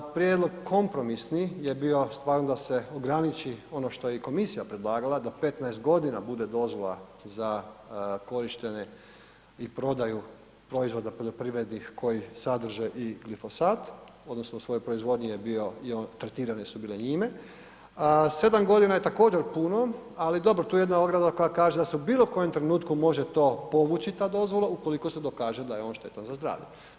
Prijedlog kompromisni je bio stvarno da se ograničiti, ono što je i komisija predlagala, da 15 godina bude dozvola za korištenje i prodaju proizvoda poljoprivrednih koji sadrže i glifosat, odnosno u svojoj proizvodnji je bio, tretirane su bile njime, 7 godina je također, puno, ali dobro, tu je jedna ograda koja kaže da se u bilo kojem trenutku može to povući ta dozvola, ukoliko se dokaže da je on štetan za zdravlje.